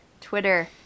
Twitter